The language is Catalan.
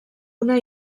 una